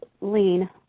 lean